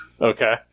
Okay